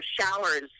showers